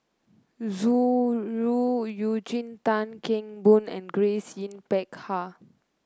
Zhu Ru Eugene Tan Kheng Boon and Grace Yin Peck Ha